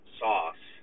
sauce